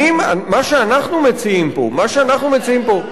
מה שאנחנו מציעים פה,